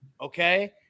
okay